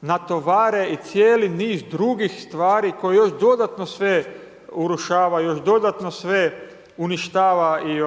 natovare i cijeli niz drugih stvari koji još dodatno sve urušavaju, još dodatno sve uništava i